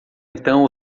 então